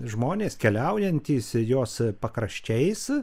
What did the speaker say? žmonės keliaujantys jos pakraščiais